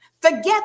Forget